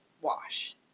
wash